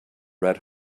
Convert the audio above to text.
red